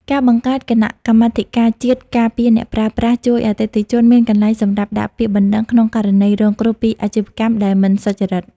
ការបង្កើតគណៈកម្មាធិការជាតិការពារអ្នកប្រើប្រាស់ ជួយឱ្យអតិថិជនមានកន្លែងសម្រាប់ដាក់ពាក្យបណ្ដឹងក្នុងករណីរងគ្រោះពីអាជីវកម្មដែលមិនសុចរិត។